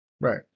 Right